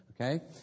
Okay